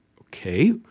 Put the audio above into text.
Okay